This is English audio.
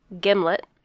Gimlet